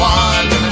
one